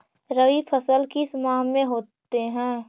रवि फसल किस माह में होते हैं?